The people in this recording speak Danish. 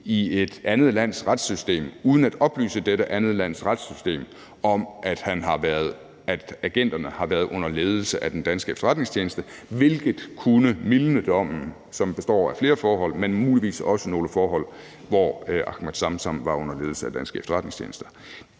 i et andet lands retssystem uden at oplyse det andet lands retssystem om, at agenterne har været under ledelse af den danske efterretningstjeneste, hvilket kunne mildne dommen, som består af flere forhold, men muligvis også nogle forhold, hvor Ahmed Samsam var under ledelse af danske efterretningstjenester.